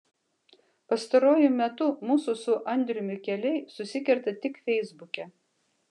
pastaruoju metu mūsų su andriumi keliai susikerta tik feisbuke